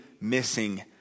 missing